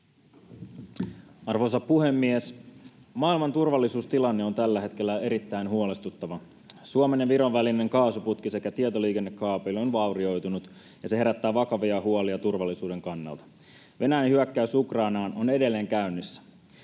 Arvoisa puhemies! Maailman turvallisuustilanne on tällä hetkellä erittäin huolestuttava. Suomen ja Viron välinen kaasuputki sekä tietoliikennekaapeli ovat vaurioituneet, ja se herättää vakavia huolia turvallisuuden kannalta. Venäjän hyökkäys Ukrainaan on edelleen käynnissä.